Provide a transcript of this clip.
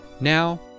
Now